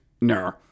No